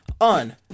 on